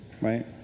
right